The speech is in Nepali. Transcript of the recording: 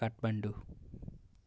काठमाडौँ